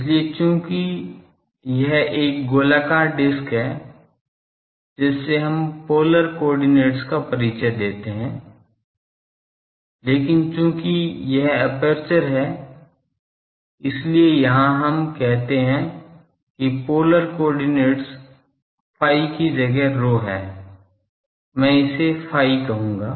इसलिए चूंकि यह एक गोलाकार डिस्क है जिससे हम पोलर कॉर्डिनेट्स का परिचय देते हैं लेकिन चूंकि यह अपर्चर है इसलिए यहां हम कहते हैं कि पोलर कॉर्डिनेट्स ϕ कि जगह ρ है मैं इसे ϕ कहूंगा